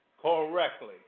Correctly